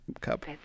cup